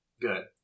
Good